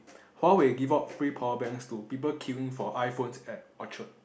Huawei give out free power banks to people queuing for iPhones at Orchard